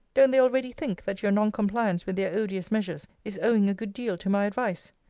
don't they already think that your non-compliance with their odious measures is owing a good deal to my advice?